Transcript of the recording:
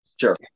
sure